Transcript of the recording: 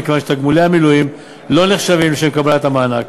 מכיוון שתגמולי המילואים לא נחשבים לשם קבלת המענק.